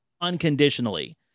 unconditionally